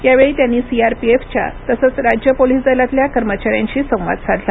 यावेळी त्यांनी सीआरपीएफच्या तसंच राज्य पोलीस दलातल्या कर्मचाऱ्यांशी संवाद साधला